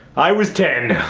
i was ten! oh,